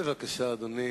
אדוני.